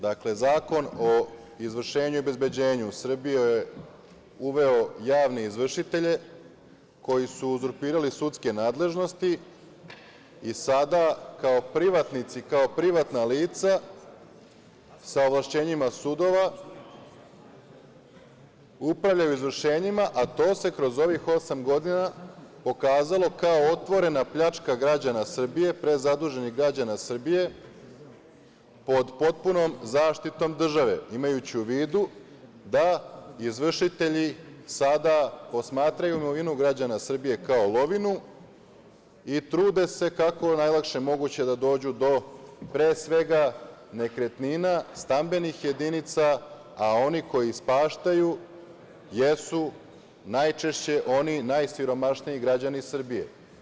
Dakle, Zakon o izvršenju i obezbeđenju u Srbiju je uveo javne izvršitelje koji su uzurpirali sudske nadležnosti i sada kao privatnici, kao privatna lica sa ovlašćenjima sudova upravljaju izvršenjima, a to se kroz ovih osam godina pokazalo kao otvorena pljačka građana Srbije, prezaduženih građana Srbije pod potpunom zaštitom države imajući u vidu da izvršitelji sada posmatraju imovinu građana Srbije kao lovinu i trude se kako najlakše moguće da dođu do pre svega nekretnina, stambenih jedinica, a oni koji ispaštaju jesu najčešće oni najsiromašniji građani Srbije.